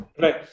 Right